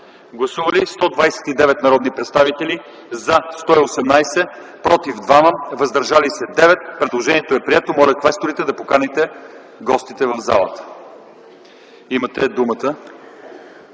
Гласували 129 народни представители: за 118, против 2, въздържали се 9. Предложението е прието. Моля, квесторите, да поканите гостите в залата. Имате думата.